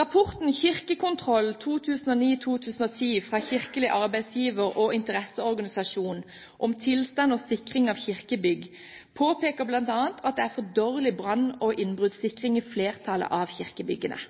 Rapporten «Kirkekontroll 2009/2010» fra Kirkelig arbeidsgiver- og interesseorganisasjon om tilstand og sikring av kirkebygg påpeker bl.a. at det er for dårlig brann- og innbruddssikring i